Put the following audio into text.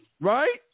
Right